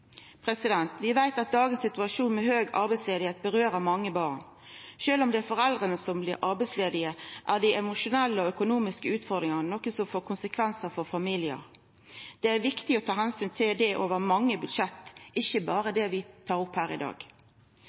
familien. Vi veit at dagens situasjon med høg arbeidsløyse angår mange barn. Sjølv om det er foreldra som blir arbeidslause, er dei emosjonelle og økonomiske utfordringane noko som får konsekvensar for familien. Det er viktig å ta omsyn til det over mange budsjett, ikkje berre i det vi tar opp her i dag.